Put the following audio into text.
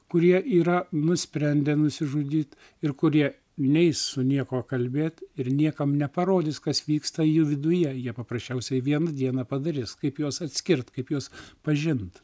kurie yra nusprendę nusižudyt ir kurie neis su niekuo kalbėti ir niekam neparodys kas vyksta jų viduje jie paprasčiausiai vieną dieną padarys kaip juos atskirt kaip juos pažint